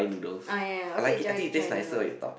oh ya okay dry dry noodles